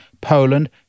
Poland